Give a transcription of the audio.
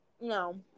No